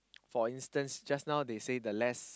for instant just now they say the less